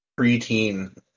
preteen